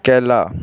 केला